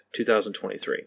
2023